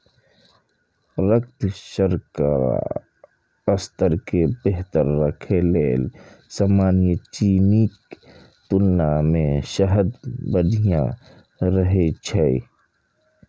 रक्त शर्करा स्तर कें बेहतर राखै लेल सामान्य चीनीक तुलना मे शहद बढ़िया रहै छै